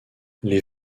les